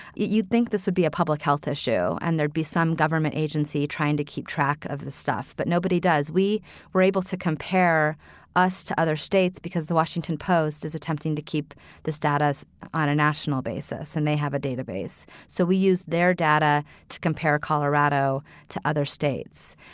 you'd think this would be a public health issue and there'd be some government agency trying to keep track of the stuff, but nobody does. we were able to compare us to other states because the washington post is attempting to keep the status on a national basis and they have a database. so we use their data to compare colorado to other states.